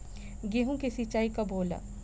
गेहूं के सिंचाई कब होला?